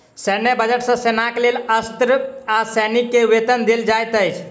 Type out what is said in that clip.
सैन्य बजट सॅ सेनाक लेल अस्त्र आ सैनिक के वेतन देल जाइत अछि